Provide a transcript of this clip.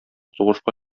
сугышка